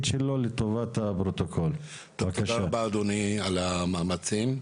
תודה רבה, אדוני, על המאמצים,